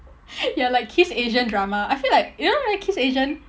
ya like kiss asian drama I feel you know the kiss asian